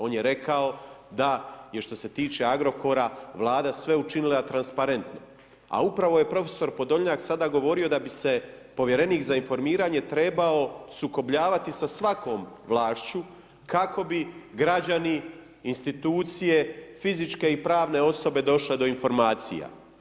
On je rekao da je što se tiče Agrokora, Vlada sve učinila transparentno a upravo je prof. Podolnjak sada govorio da bi se povjerenik za informiranje trebao sukobljavati s svakom vlašću kako bi građani, institucije, fizičke i pravne osobe došle do informacija.